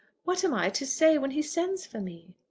what am i to say when he sends for me?